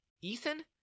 Ethan